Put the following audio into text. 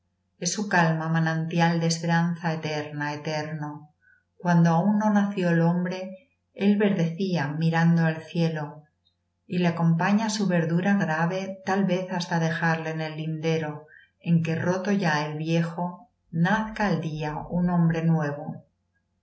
es su calma manantial de esperanza eterna eterno cuando aún no nació el hombre él verdecía mirando al cielo y le acompaña su verdura grave tal vez hasta dejarle en el lindero en que roto ya el viejo nazca al día un hombre nuevo